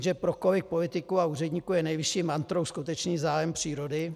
Jenže pro kolik politiků a úředníků je nejvyšší mantrou skutečný zájem přírody?